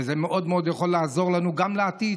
וזה מאוד מאוד יכול לעזור לנו גם לעתיד,